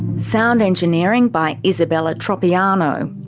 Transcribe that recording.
sound engineering by isabella tropiano.